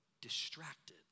distracted